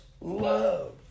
love